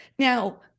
Now